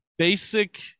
basic